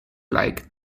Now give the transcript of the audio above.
like